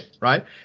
right